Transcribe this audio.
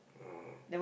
uh